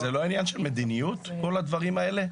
זה לא עניין של מדיניות, כל הדברים האלה?